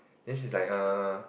then she's like err